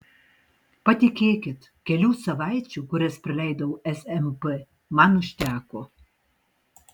patikėkit kelių savaičių kurias praleidau smp man užteko